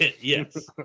Yes